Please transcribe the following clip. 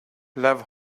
love